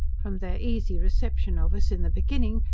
from their easy reception of us in the beginning,